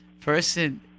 person